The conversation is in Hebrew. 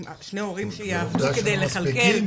ששני ההורים יעבדו כדי לכלכל את המשפחה.